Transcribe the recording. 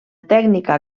tècnica